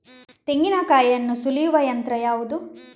ತೆಂಗಿನಕಾಯಿಯನ್ನು ಸುಲಿಯುವ ಯಂತ್ರ ಯಾವುದು?